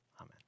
amen